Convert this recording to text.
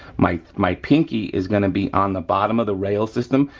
my my pinky is gonna be on the bottom of the rail system,